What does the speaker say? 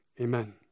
Amen